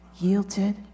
yielded